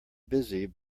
busy